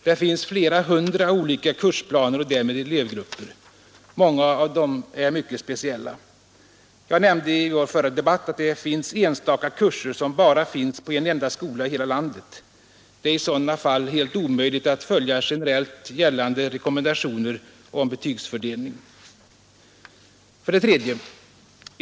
Det finns flera hundra olika kursplaner och därmed elevgrupper. Många av dem är mycket speciella. Jag nämnde i vår förra debatt att det finns enstaka kurser som bara förekommer på en enda skola i hela landet. Det är i sådana fall helt omöjligt att följa generellt gällande rekommendationer om betygsfördelning. 3.